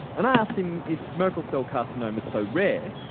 and i asked him if merkel cell carcinoma is so rare,